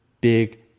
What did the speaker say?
big